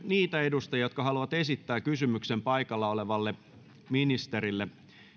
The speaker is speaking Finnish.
niitä edustajia jotka haluavat esittää kysymyksen paikalla olevalle ministerille